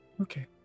Okay